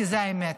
כי זאת האמת,